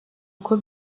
uko